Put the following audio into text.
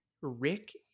Rick